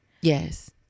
Yes